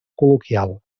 col·loquial